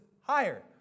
higher